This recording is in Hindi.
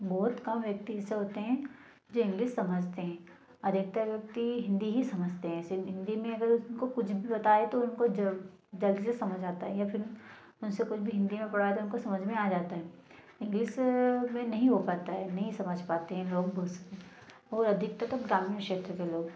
बहुत कम व्यक्ति ऐसे होते हैं जो इंग्लिश समझते हैं अधिकतर व्यक्ति हिंदी ही समझते हैं सिर्फ़ हिंदी में अगर उनको कुछ भी बताए तो जल्दी समझ आता है या फ़िर उनको कुछ भी हिंदी में बता दो समझ में आ जाता है इंग्लिश में नहीं हो पाता है नहीं समझ पाते हैं लोग बहुत से और अधिकतर ग्रामीण क्षेत्रों के लोग